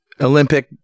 Olympic